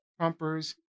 Trumpers